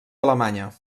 alemanya